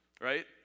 right